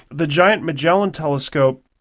the giant magellan telescope,